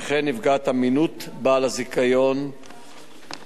וכן נפגעת האמינות של בעל הזיכיון והשיטה